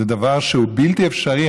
זה דבר שהוא בלתי אפשרי.